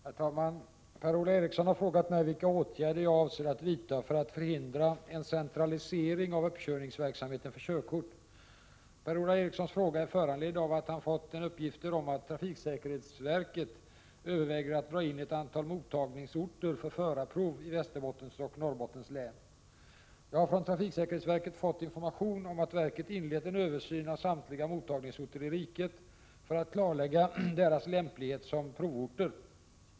Herr talman! Per-Ola Eriksson har frågat mig vilka åtgärder jag avser att vidta för att förhindra en centralisering av uppkörningsverksamheten för körkort. Per-Ola Erikssons fråga är föranledd av att han fått uppgifter om att trafiksäkerhetsverket överväger att dra in ett antal mottagningsorter för förarprov i Västerbottens och Norrbottens län. Jag har från trafiksäkerhetsverket fått information om att verket inlett en översyn av samtliga mottagningsorter i riket för att klarlägga deras lämplighet som provorter.